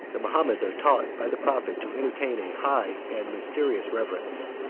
the mahometans are taught by the prophet to entertain a high and mysterious reverence.